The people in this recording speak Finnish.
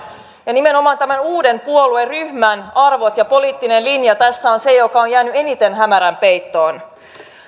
ja nimenomaan tämän uuden puolueen ryhmän arvot ja poliittinen linja tässä on se mikä on jäänyt eniten hämärän peittoon